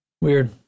Weird